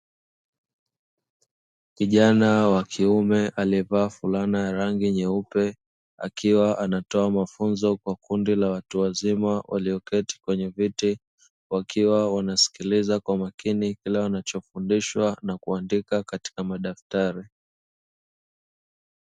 Kijana wa kiume aliyevaa fulana ya rangi nyeupe, akiwa anatoa mafunzo kwa kundi la watu wazima walioketi kweye viti, wakiwa wanasikiliza kwa makini kila wanachofundishwa na kuandika katika madaftari.